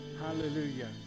Hallelujah